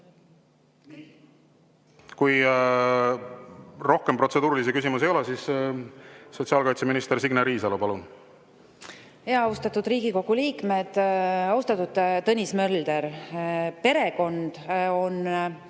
Kui rohkem protseduurilisi küsimusi ei ole, siis, sotsiaalkaitseminister Signe Riisalo, palun! Austatud Riigikogu liikmed! Austatud Tõnis Mölder! Perekond on